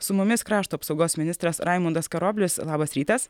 su mumis krašto apsaugos ministras raimundas karoblis labas rytas